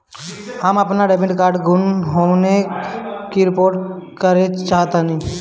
हम अपन debit card के गुम होने की रिपोर्ट करे चाहतानी